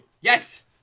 Yes